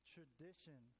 Tradition